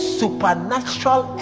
supernatural